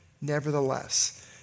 nevertheless